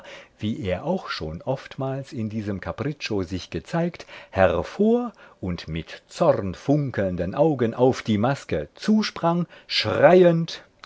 wie er auch schon oftmals in diesem capriccio sich gezeigt hervor und mit zornfunkelnden augen auf die maske zusprang schreiend